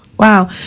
Wow